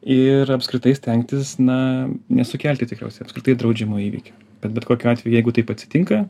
ir apskritai stengtis na nesukelti tikriausia apskritai draudžiamo įvykio bet bet kokiu atveju jeigu taip atsitinka